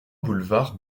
boulevard